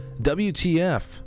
wtf